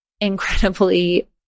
incredibly